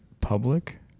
public